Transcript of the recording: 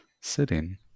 sitting